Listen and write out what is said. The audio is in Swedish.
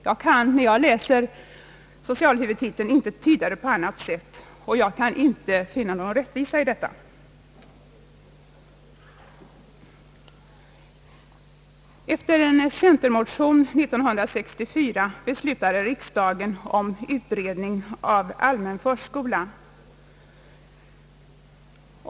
Jag kan inte tyda det som står under socialhuvudtiteln på annat sätt, och jag kan inte finna någon rättvisa i det. Efter en centerpartimotion 1964 beslöt riksdagen om utredning angående allmän förskola.